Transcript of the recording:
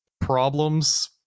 problems